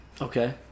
Okay